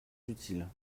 utile